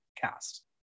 cast